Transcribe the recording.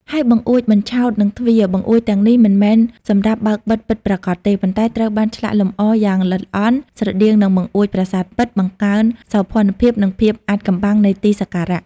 ហើយបង្អួចបញ្ឆោត និងទ្វារ បង្អួចទាំងនេះមិនមែនសម្រាប់បើកបិទពិតប្រាកដទេ ប៉ុន្តែត្រូវបានឆ្លាក់លម្អយ៉ាងល្អិតល្អន់ ស្រដៀងនឹងបង្អួចប្រាសាទពិត បង្កើនសោភ័ណភាព និងភាពអាថ៌កំបាំងនៃទីសក្ការៈ។